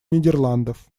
нидерландов